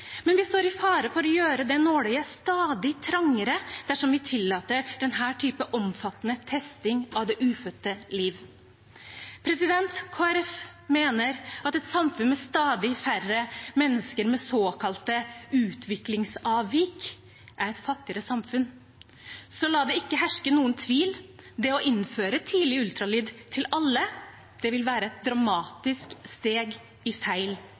men vi står i fare for å gjøre det nåløyet stadig trangere dersom vi tillater denne typen omfattende testing av det ufødte liv. Kristelig Folkeparti mener at et samfunn med stadig færre mennesker med såkalte utviklingsavvik er et fattigere samfunn. Så la det ikke herske noen tvil: Det å innføre tidlig ultralyd til alle vil være et dramatisk steg i feil